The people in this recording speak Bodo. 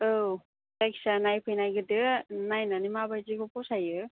औ जायखिया नायफैनायगोरदो नायनानै माबादिखौ फसायो